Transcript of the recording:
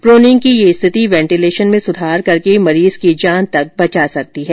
proning की यह स्थिति वेंटीलेशन में सुधार करके मरीज की जान तक बचा सकती है